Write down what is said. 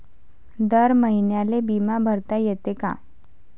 दर महिन्याले बिमा भरता येते का?